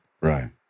Right